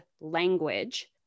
language